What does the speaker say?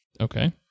Okay